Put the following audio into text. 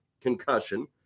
concussion